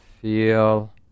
feel